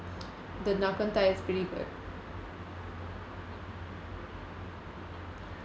the nakhon thai is pretty good